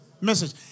message